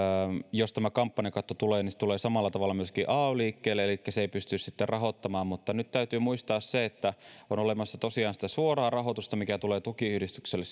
jos tämä kampanjakatto tulee niin se tulee samalla tavalla myöskin ay liikkeelle elikkä se ei pysty sitten rahoittamaan mutta nyt täytyy muistaa se että on olemassa tosiaan sitä suoraa rahoitusta mikä tulee tukiyhdistykselle